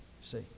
See